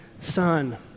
son